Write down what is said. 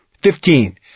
Fifteen